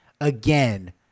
again